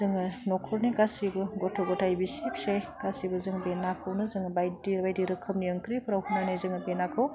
जोङो नख'रनि गासैबो गथ' गथाय बिसि फिसाइ गासैबो जों बे नाखौनो जोङो बायदि बायदि रोखोमनि ओंख्रिफ्राव होनानै जोङो बे नाखौ